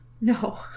No